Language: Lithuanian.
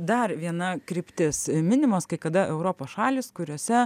dar viena kryptis minimos kai kada europos šalys kuriose